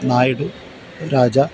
Naidu Raja